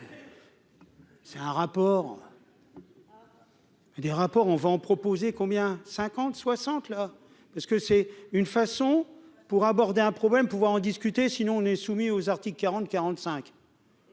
C'est un rapport. Des rapports, on va proposer, combien cinquante soixante là parce que c'est une façon pour aborder un problème pouvoir en discuter, sinon on est soumis aux articles 40 45.